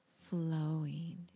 flowing